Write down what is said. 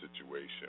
situation